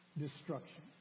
destruction